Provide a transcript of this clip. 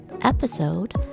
Episode